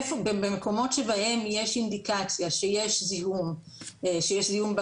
במקומות שבהם יש אינדיקציה שיש זיהום בקרקע,